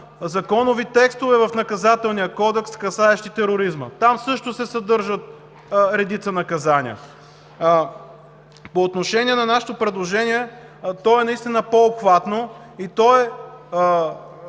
законови текстове в Наказателния кодекс, касаещи тероризма. Там също се съдържат редица наказания. По отношение на нашето предложение – то е наистина по-обхватно и има